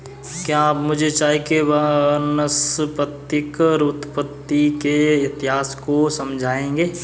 क्या आप मुझे चाय के वानस्पतिक उत्पत्ति के इतिहास को समझाएंगे?